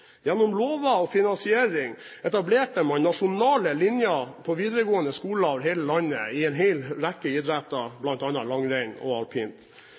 Gjennom lover og finansiering etablerte man nasjonale linjer på videregående skoler over hele landet i en hel rekke idretter, bl.a. langrenn og alpint.